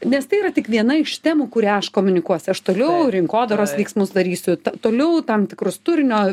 nes tai yra tik viena iš temų kurią aš komunikuosiu aš toliau rinkodaros veiksmus darysiu toliau tam tikrus turinio